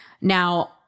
Now